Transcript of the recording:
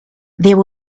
there